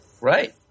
Right